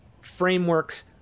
frameworks